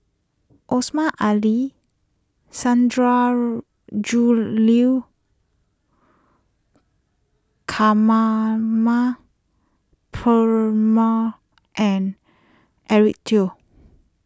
Osmar Ali Sundarajulu Kamana Perumal and Eric Teo